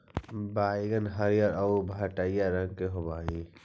बइगन हरियर आउ भँटईआ रंग के होब हई